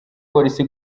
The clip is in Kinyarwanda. polisi